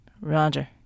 Roger